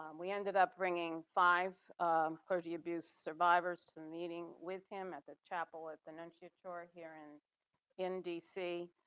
um we ended up bringing five clergy abuse survivors to meeting with him at the chapel at the and and nun-te-ri-to-ry here in in dc.